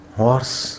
horse